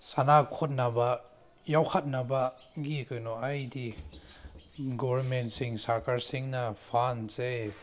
ꯁꯥꯟꯅ ꯈꯣꯠꯅꯕ ꯌꯣꯛꯈꯠꯅꯕꯒꯤ ꯀꯩꯅꯣ ꯑꯩꯗꯤ ꯒꯣꯕꯔꯃꯦꯟꯁꯤꯡ ꯁꯔꯀꯥꯔꯁꯤꯡꯅ ꯐꯟꯁꯦ